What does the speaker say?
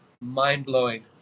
mind-blowing